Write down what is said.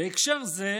"בהקשר זה,